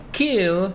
kill